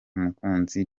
mukunzi